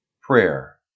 Prayer